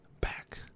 back